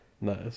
Nice